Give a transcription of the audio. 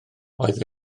oedd